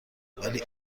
ولی